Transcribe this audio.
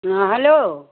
हँ हेलो